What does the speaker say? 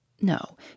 No